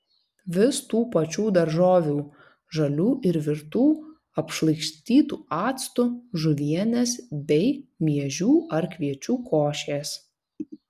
vis tų pačių daržovių žalių ir virtų apšlakstytų actu žuvienės bei miežių ar kviečių košės